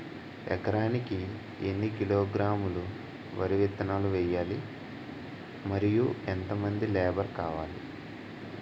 ఎకరానికి ఎన్ని కిలోగ్రాములు వరి విత్తనాలు వేయాలి? మరియు ఎంత మంది లేబర్ కావాలి?